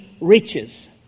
riches